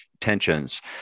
tensions